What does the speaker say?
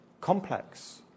complex